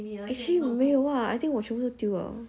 actually no ah I think 我全部都丢 liao